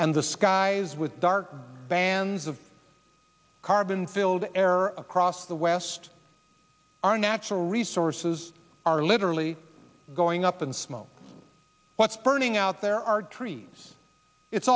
and the skies with dark bands of carbon filled the air across the west our natural resources are literally going up in smoke what's burning out there are trees it's